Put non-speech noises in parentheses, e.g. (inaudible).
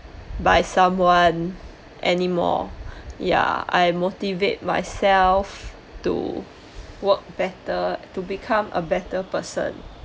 by someone any more (breath) ya I motivate myself to work better to become a better person (breath)